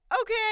Okay